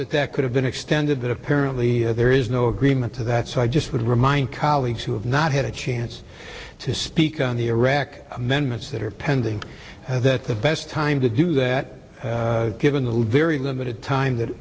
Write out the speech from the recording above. that that could have been extended that apparently there is no agreement to that so i just would remind colleagues who have not had a chance to speak on the iraq amendments that are pending and that the best time to do that given the very limited time that